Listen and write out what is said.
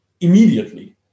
immediately